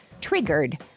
triggered